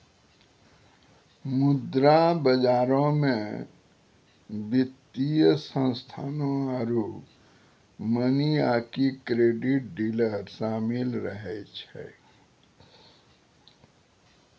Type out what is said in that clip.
मुद्रा बजारो मे वित्तीय संस्थानो आरु मनी आकि क्रेडिट डीलर शामिल रहै छै